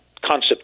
concept